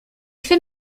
fait